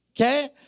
okay